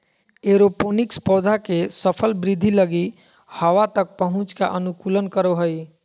aeroponics पौधा के सफल वृद्धि लगी हवा तक पहुंच का अनुकूलन करो हइ